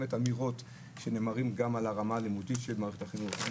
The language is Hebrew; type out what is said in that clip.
אמירות שנאמרות גם על הרמה הלימודית של מערכת החינוך.